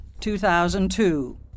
2002